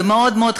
ומאוד מאוד חבל,